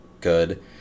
good